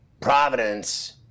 Providence